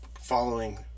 following